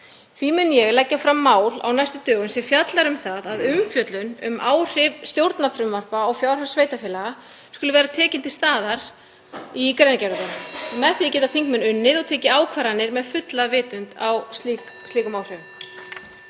Því mun ég leggja fram mál á næstu dögum sem fjallar um að umfjöllun um áhrif stjórnarfrumvarpa á fjárhag sveitarfélaga skuli vera tekin fyrir í greinargerðinni. Með því geta þingmenn unnið og tekið ákvarðanir með fullri vitund um slík áhrif.